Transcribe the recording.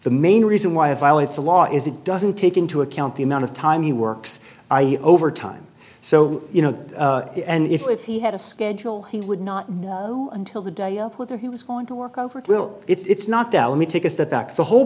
the main reason why violates the law is it doesn't take into account the amount of time he works overtime so you know and if he had a schedule he would not know until the day whether he was going to work over it will it's not that let me take a step back the whole